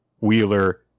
Wheeler